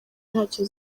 ntacyo